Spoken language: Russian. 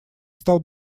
стал